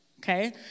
Okay